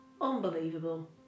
unbelievable